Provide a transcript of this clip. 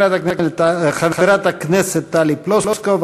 חברת הכנסת טלי פלוסקוב,